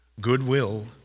goodwill